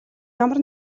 ямар